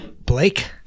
Blake